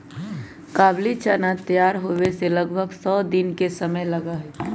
काबुली चना तैयार होवे में लगभग सौ दिन के समय लगा हई